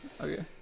Okay